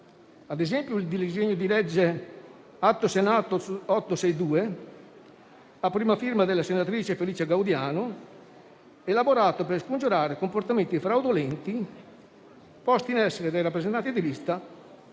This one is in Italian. Senato 862, un disegno di legge a prima firma della senatrice Felicia Gaudiano, elaborato per scongiurare comportamenti fraudolenti posti in essere da rappresentanti di lista,